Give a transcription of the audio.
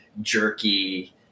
jerky